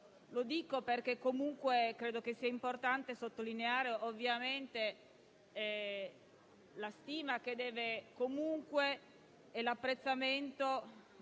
questo perché credo sia importante sottolineare la stima e l'apprezzamento